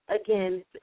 again